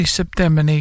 september